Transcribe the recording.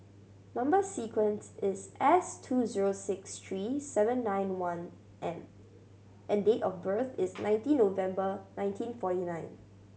number sequence is S two zero six three seven nine one M and date of birth is nineteen November nineteen forty nine